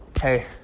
Hey